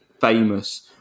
famous